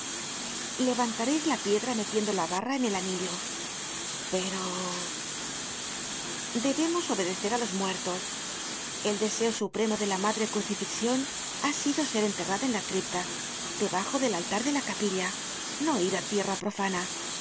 levantareis la piedra metiendo la barra en el anillo pero debemos obedecer á los muertos el deseo supremo de la madre crucifixion ha sido ser enterrada en la cripta debajo del altar de la capilla no ir á tierra profana